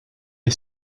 est